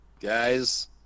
guys